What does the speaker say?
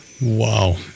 Wow